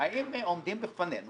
האם עומדים בפנינו